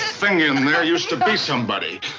thing in there used to be somebody!